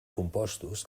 compostos